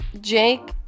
Jake